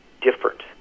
different